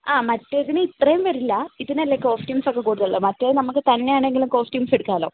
ആ മറ്റേതിന് ഇത്രയും വരില്ല ഇതിനല്ലേ കോസ്റ്റുംസ് ഒക്കെ കൂടുതൽ ഉള്ളത് മറ്റേ നമുക്ക് തന്നെയാണെങ്കിലും കോസ്റ്റുംസ് എടുക്കാമല്ലോ